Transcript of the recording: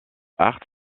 arts